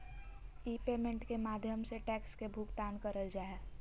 ई payment के माध्यम से टैक्स के भुगतान करल जा हय